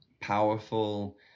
powerful